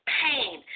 pain